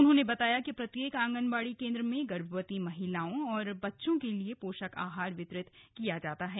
उन्होंने बताया कि प्रत्येक आंगनबाड़ी केंद्र में गर्भवती महिलाओं और बच्चों के लिए पोषक आहार वितरित किया जाता है